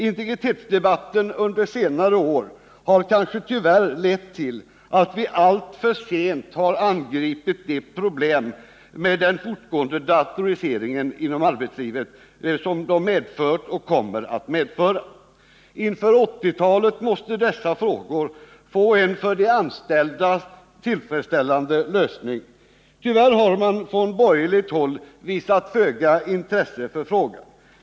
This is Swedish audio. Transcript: Integritetsdebatten under senare år har kanske tyvärr lett till att vi alltför sent har angripit de problem med den fortgående datoriseringen inom arbetslivet som utvecklingen medfört och kommer att medföra. Inför 1980-talet måste dessa frågor få en för de anställda tillfredsställande lösning. Tyvärr har man från borgerligt håll visat föga intresse för frågan.